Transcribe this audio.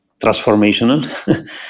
transformational